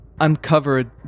uncovered